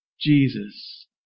Jesus